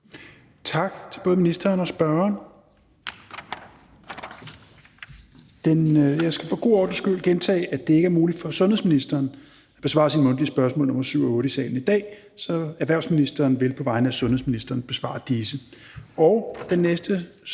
Tak til både ministeren og spørgeren. Jeg skal for god ordens skyld gentage, at det ikke er muligt for sundhedsministeren at besvare sine mundtlige spørgsmål nr. 7 og 8 i salen i dag, så erhvervsministeren vil på vegne af sundhedsministeren besvare disse.